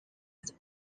but